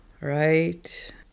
right